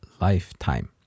lifetime